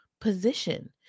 position